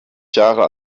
jahre